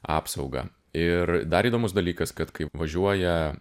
apsaugą ir dar įdomus dalykas kad kai važiuoja